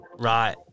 Right